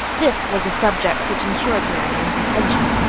this was a subject which ensured marianne's attention,